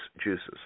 juices